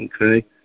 okay